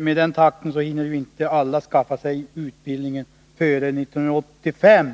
Med den takten hinner ju inte alla skaffa sig denna utbildning före 1985.